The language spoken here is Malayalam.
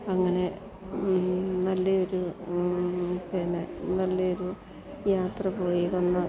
അങ്ങനെ നല്ല ഒരു പിന്നെ നല്ല ഒരു യാത്ര പോയി വന്നു